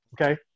okay